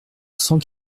cent